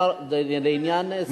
לעניין הספורט.